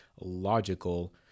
logical